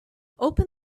open